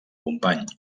company